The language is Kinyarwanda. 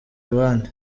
abandi